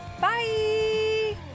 bye